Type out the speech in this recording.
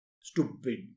Stupid